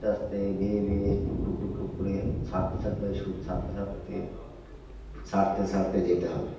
আস্তে আস্তে বেয়ে বেয়ে টুকটুক টুকটুক করে ছাড়তে ছাড়তে সুদ ছাড়তে ছাড়তে ছাড়তে ছাড়তে যেতে হবে